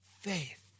faith